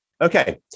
Okay